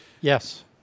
Yes